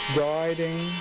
guiding